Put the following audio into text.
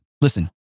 listen